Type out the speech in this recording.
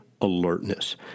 alertness